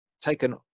taken